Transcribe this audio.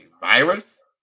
virus